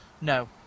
No